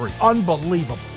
Unbelievable